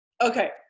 Okay